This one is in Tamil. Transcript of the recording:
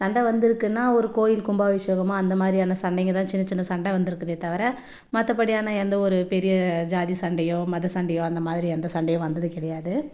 சண்டை வந்திருக்குன்னா ஒரு கோவில் கும்பாபிஷேகமா அந்த மாதிரியான சண்டைங்க தான் சின்னச்சின்ன சண்ட வந்திருக்குதே தவிர மற்றபடியான எந்த ஒரு பெரிய ஜாதி சண்டையோ மத சண்டையோ அந்த மாதிரி எந்த சண்டையும் வந்தது கிடையாது